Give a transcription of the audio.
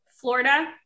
Florida